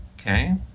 Okay